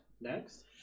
next